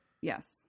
Yes